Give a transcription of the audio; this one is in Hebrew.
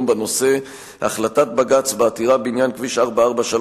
בנושא: החלטת בג"ץ בעתירה בעניין כביש 443,